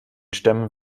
stämmen